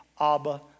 Abba